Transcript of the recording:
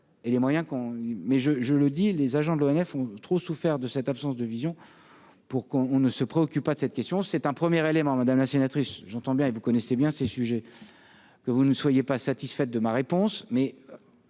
je, je le dis, les agents de l'ONF ont trop souffert de cette absence de vision pour qu'on on ne se préoccupe pas de cette question, c'est un premier élément, madame la sénatrice, j'entends bien, et vous connaissez bien ces sujets que vous ne soyez pas satisfaite de ma réponse,